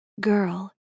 girl